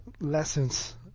lessons